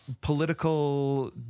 political